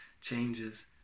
changes